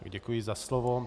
Děkuji za slovo.